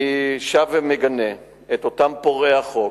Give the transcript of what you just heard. אני שב ומגנה את אותם פורעי החוק,